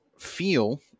Feel